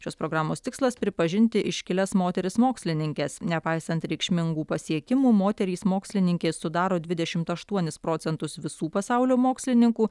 šios programos tikslas pripažinti iškilias moteris mokslininkes nepaisant reikšmingų pasiekimų moterys mokslininkės sudaro dvidešimt aštuonis procentus visų pasaulio mokslininkų